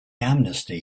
amnesty